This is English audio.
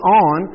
on